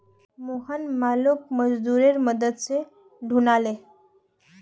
मोहन मालोक मजदूरेर मदद स ढूला ले